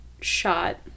shot